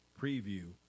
preview